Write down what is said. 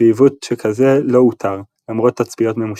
ועיוות שכזה לא אותר, למרות תצפיות ממושכות.